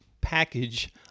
package